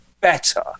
better